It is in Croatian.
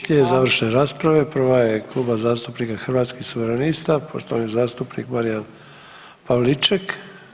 Slijede završne rasprave, prva je Kluba zastupnika Hrvatskih suverenista, poštovani zastupnik Marijan Pavliček.